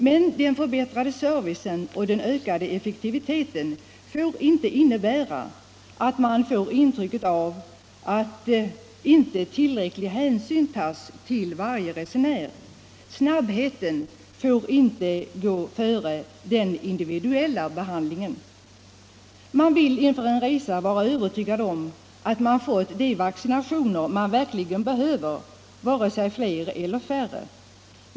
Men den förbättrade servicen och den ökade effektiviteten får inte innebära att man får ett intryck av att inte tillräcklig hänsyn tas till varje resenär. Snabbheten får inte gå före den individuella behandlingen. Man vill inför en resa vara övertygad om att man fått de vaccinationer man verkligen behöver — varken fler eller färre.